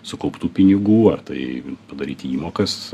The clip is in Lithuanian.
sukauptų pinigų ar tai padaryti įmokas